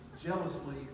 jealously